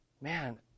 Man